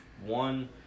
one